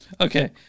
Okay